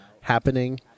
happening